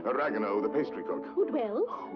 but ragueneau, the pastry cook. who dwells?